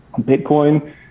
Bitcoin